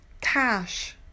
Cash